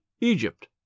Egypt